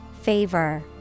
favor